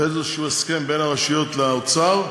באיזשהו הסכם בין הרשויות לאוצר,